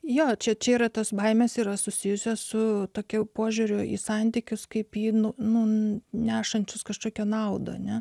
jo čia čia yra tos baimės yra susijusios su tokiu požiūriu į santykius kaip į nu nu nešančius kažkokią naudą ne